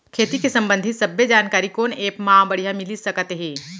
खेती के संबंधित सब्बे जानकारी कोन एप मा बढ़िया मिलिस सकत हे?